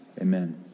Amen